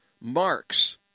marks